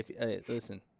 listen